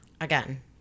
Again